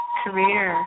career